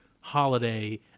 holiday